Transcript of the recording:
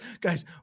guys